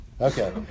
Okay